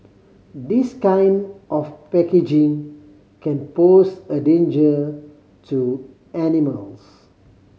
this kind of packaging can pose a danger to animals